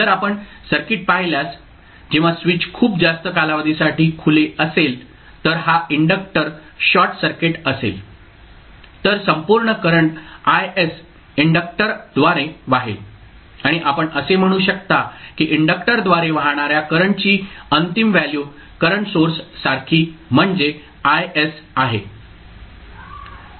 जर आपण सर्किट पाहिल्यास जेव्हा स्विच खूप जास्त कालावधीसाठी खुले असेल तर हा इंडक्टर शॉर्ट सर्किट असेल तर संपूर्ण करंट Is इंडक्टक्टरद्वारे वाहेल आणि आपण असे म्हणू शकता की इंडक्टक्टरद्वारे वाहणार्या करंटची अंतिम व्हॅल्यू करंट सोर्स सारखी म्हणजे Is आहे